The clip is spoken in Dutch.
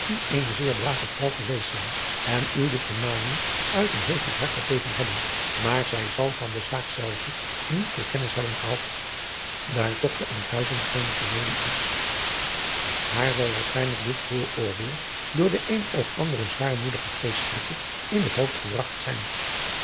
eene zeer brave vrouw geweest zijn en u die vermaning uit een heel goed hart gegeven hebben maar zij zal van de zaak zelve niet veel kennis hebben gehad daar toch te enkhuizen geen komedie is haar zal waarschijnlijk dit vooroordeel door den een of anderen zwaarmoedigen geestelijke in het hoofd gebragt zijn